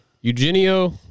Eugenio